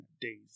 days